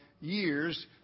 years